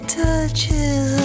touches